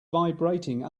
vibrating